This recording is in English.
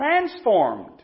transformed